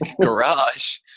garage